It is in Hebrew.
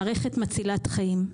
מערכת מצילת חיים.